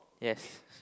yes